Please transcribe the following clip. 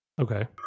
okay